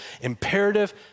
Imperative